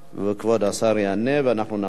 כבוד השר יענה ואנחנו נמשיך הלאה.